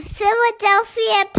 Philadelphia